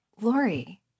Lori